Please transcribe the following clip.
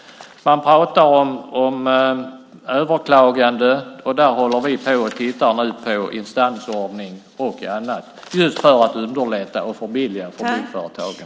Man pratar om överklagande. Vi tittar nu på instansordning och annat för att underlätta och förbilliga för byggföretagen.